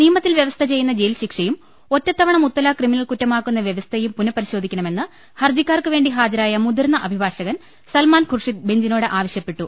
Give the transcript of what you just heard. നിയമത്തിൽ വൃവസ്ഥ ചെയ്യുന്ന ജയിൽശിക്ഷയും ഒറ്റത്ത വണ മുത്തലാഖ് ക്രിമിനൽകുറ്റമാക്കുന്ന വ്യവസ്ഥയും പുനഃപരി ശോധിക്കണമെന്ന് ഹർജിക്കാർക്ക് വേണ്ടി ഹാജരായ മുതിർന്ന അഭിഭാഷകൻ സൽമാൻ ഖുർഷിദ് ബെഞ്ചിനോട് ആവശ്യപ്പെട്ടു